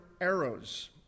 arrows